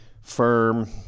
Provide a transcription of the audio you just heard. firm